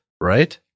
Right